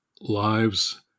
Lives